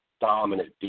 dominant